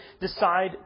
decide